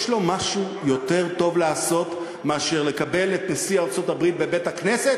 יש לו משהו יותר טוב לעשות מאשר לקבל את נשיא ארצות-הברית בבית-הכנסת?